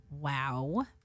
Wow